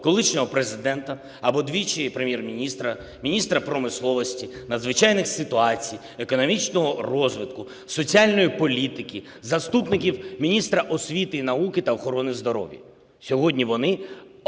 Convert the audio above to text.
колишнього президента, або двічі прем'єр-міністра, міністра промисловості, надзвичайних ситуацій, економічного розвитку, соціальної політики, заступників міністра освіти і науки та охорони здоров'я. Сьогодні вони